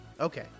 okay